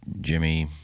Jimmy